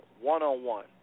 one-on-one